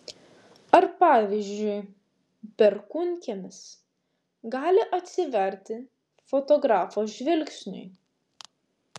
ar pavyzdžiui perkūnkiemis gali atsiverti fotografo žvilgsniui